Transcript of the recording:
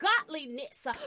godliness